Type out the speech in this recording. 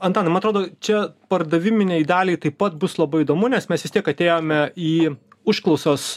antanai man atrodo čia pardaviminei daliai taip pat bus labai įdomu nes mes vis tiek atėjome į užklausos